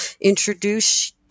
introduce